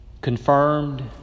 confirmed